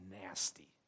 nasty